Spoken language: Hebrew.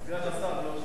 סגן השר לא טוב?